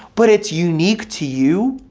but it's unique to you,